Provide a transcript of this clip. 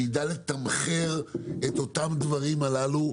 שידע לתמחר את אותם הדברים הללו,